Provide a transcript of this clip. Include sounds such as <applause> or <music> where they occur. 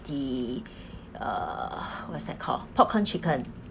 the <breath> uh <breath> what's that called popcorn chicken